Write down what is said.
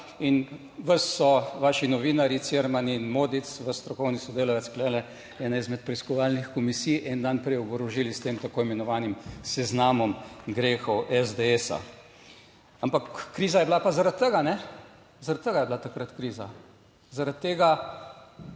in vas so vaši novinarji, Cirman in Modic, vaš strokovni sodelavec tu, ene izmed preiskovalnih komisij en dan prej oborožili s tem tako imenovanim seznamom grehov SDS. Ampak kriza je bila pa zaradi tega, zaradi tega je bila takrat kriza. Zaradi tega